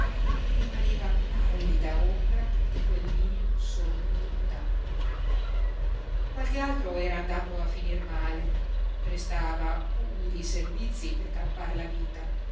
e rimaneva pallida ombra di quel mio sogno lontano qualche altro era andato a finir male prestava umili servizi per campar la vita